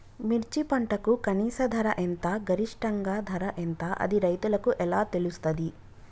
మిర్చి పంటకు కనీస ధర ఎంత గరిష్టంగా ధర ఎంత అది రైతులకు ఎలా తెలుస్తది?